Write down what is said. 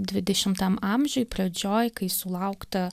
dvidešimtam amžiuj pradžioj kai sulaukta